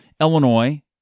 Illinois